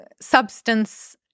substance